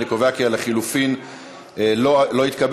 אני קובע כי ההסתייגות לחלופין לא התקבלה.